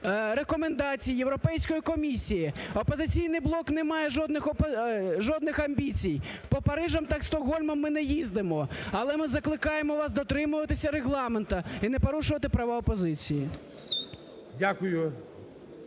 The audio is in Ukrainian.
рекомендацій Європейської комісії. "Опозиційний блок" не має жодних амбіцій, по Парижам та Стокгольмам ми не їздимо, але ми закликаємо вас дотримуватися Регламенту і не порушувати права опозиції.